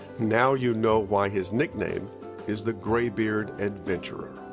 now you know why his nickname is the greybeard adventurer.